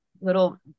little